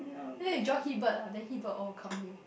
then you draw he bird ah then he bird all will come you